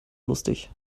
lustig